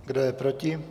Kdo je proti?